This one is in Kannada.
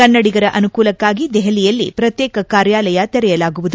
ಕನ್ನಡಿಗರ ಅನುಕೂಲಕ್ಷಾಗಿ ದೆಹಲಿಯಲ್ಲಿ ಪ್ರತ್ನೇಕ ಕಾರ್ಯಾಲಯ ತೆರೆಯಲಾಗುವುದು